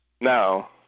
no